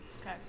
Okay